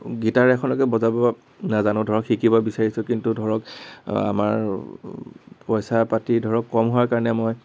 guitar এখনকৈ বজাব নাজানো ধৰক শিকিব বিচাৰিছোঁ কিন্তু ধৰক আমাৰ পইচাপাতি ধৰক কম হোৱাৰ কাৰণে মই